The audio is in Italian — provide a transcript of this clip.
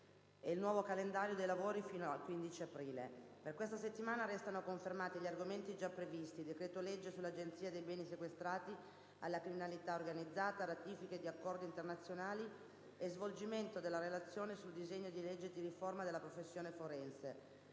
il nuovo calendario dei lavori fino al 15 aprile. Per questa settimana restano confermati gli argomenti già previsti: decreto-legge sull'Agenzia dei beni sequestrati alla criminalità organizzata, ratifiche di accordi internazionali e svolgimento della relazione sul disegno di legge di riforma della professione forense.